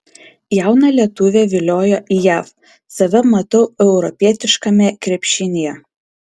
jauną lietuvę viliojo į jav save matau europietiškame krepšinyje